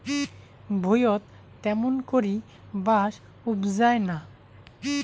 ভুঁইয়ত ত্যামুন করি বাঁশ উবজায় না